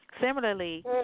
Similarly